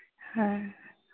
हाँ